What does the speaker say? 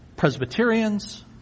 Presbyterians